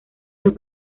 los